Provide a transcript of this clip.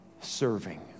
serving